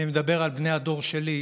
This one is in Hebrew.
אני מדבר על בני הדור שלי,